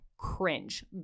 cringe